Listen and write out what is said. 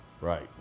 right